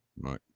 right